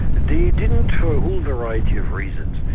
they didn't for a whole variety of reasons.